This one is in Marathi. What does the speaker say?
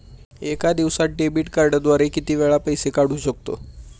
एका दिवसांत डेबिट कार्डद्वारे किती वेळा पैसे काढू शकतो?